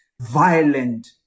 violent